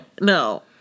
No